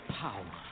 power